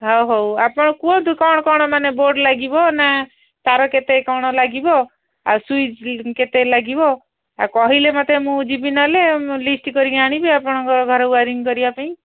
ହଉ ହଉ ଆପଣ କୁହନ୍ତୁ କ'ଣ କ'ଣ ମାନେ ବୋର୍ଡ଼୍ ଲାଗିବ ନା ତାର କେତେ କ'ଣ ଲାଗିବ ଆଉ ସୁଇଚ୍ କେତେ ଲାଗିବ ଆଉ କହିଲେ ମତେ ମୁଁ ଯିବି ନହେଲେ ଲିଷ୍ଟ୍ କରିକି ଆଣିବି ଆପଣଙ୍କ ଘର ଓୟାରିଂ କରିବା ପାଇଁ